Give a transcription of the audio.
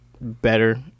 better